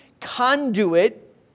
conduit